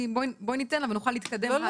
בואי ניתן, אבל נוכל להתקדם הלאה.